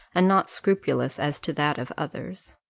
and not scrupulous as to that of others.